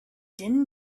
din